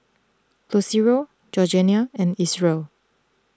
Lucero Georgiana and Isreal